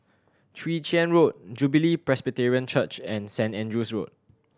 Chwee Chian Road Jubilee Presbyterian Church and Saint Andrew's Road